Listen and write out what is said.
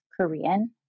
Korean